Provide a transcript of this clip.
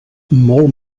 molt